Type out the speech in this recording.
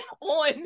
on